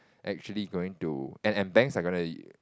actually going to and and banks are gonna